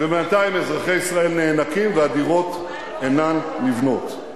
ובינתיים אזרחי ישראל נאנקים והדירות אינן נבנות.